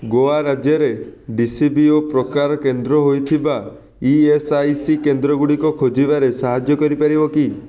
ଗୋଆ ରାଜ୍ୟରେ D C B O ପ୍ରକାର କେନ୍ଦ୍ର ହୋଇଥିବା ଇ ଏସ୍ଆ ଇ ସି କେନ୍ଦ୍ରଗୁଡ଼ିକ ଖୋଜିବାରେ ସାହାଯ୍ୟ କରିପାରିବ କି